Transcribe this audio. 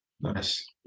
Nice